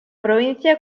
provincia